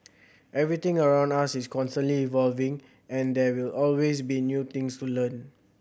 everything around us is constantly evolving and there will always be new things to learn